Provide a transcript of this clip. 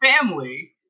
family